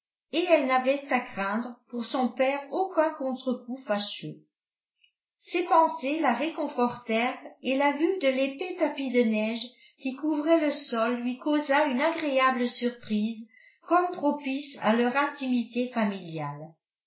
et elle n'avait à craindre pour son père aucun contrecoup fâcheux ces pensées la réconfortèrent et la vue de l'épais tapis de neige qui couvrait le sol lui causa une agréable surprise comme propice à leur intimité familiale